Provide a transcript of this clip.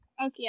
Okay